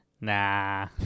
Nah